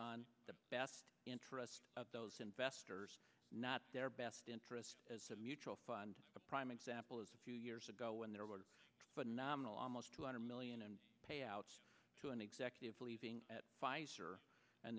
on the best interest of those investors not their best interest as a mutual fund a prime example is a few years ago when there were but nominal almost two hundred million and payouts to an executive leaving at pfizer and